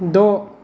द'